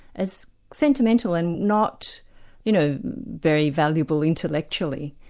as sentimental and not you know very valuable intellectually,